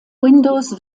windows